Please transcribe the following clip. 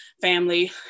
family